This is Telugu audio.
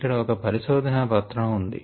ఇక్కడ ఒక పరిశోధన పత్రం ఉంది